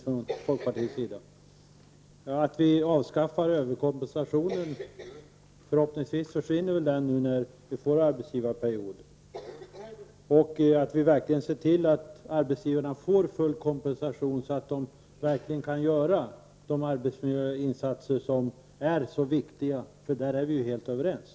Det gäller att vi avskaffar överkompensationer — förhoppningsvis försvinner de nu när vi får en arbetsgivarperiod — och att vi verkligen ser till att arbetsgivarna får full kompensation så att de verkligen kan göra de arbetsmiljöinsatser som är så viktiga. På den punkten är vi helt överens.